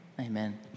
amen